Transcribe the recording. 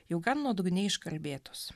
jau gan nuodugniai iškalbėtos